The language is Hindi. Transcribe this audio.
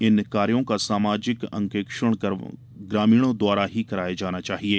इन कार्यों का सामाजिक अंकेक्षण ग्रामीणों द्वारा ही कराया जाना चाहिये